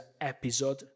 episode